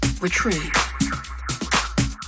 retreat